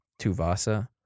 Tuvasa